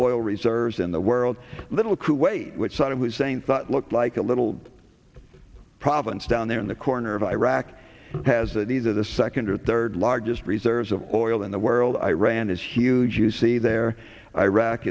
oil reserves in the world little kuwait which saddam hussein thought looked like a little province down there in the corner of iraq has that these are the second or third largest reserves of oil in the world iran is huge you see there iraq